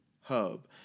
hub